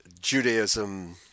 Judaism